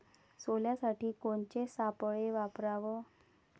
सोल्यासाठी कोनचे सापळे वापराव?